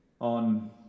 on